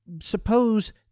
suppose